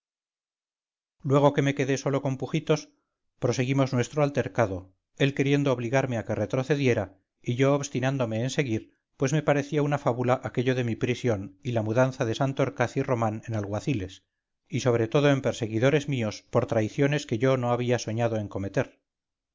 luego que me quedé solo con pujitos proseguimos nuestro altercado él queriendo obligarme a que retrocediera y yo obstinándome en seguir pues me parecía una fábula aquello de mi prisión y la mudanza de santorcaz y román en alguaciles y sobre todo en perseguidores míos por traiciones que yo no había soñado en cometer